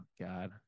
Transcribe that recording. god